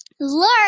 Learn